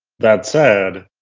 that said,